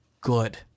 good